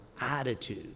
attitude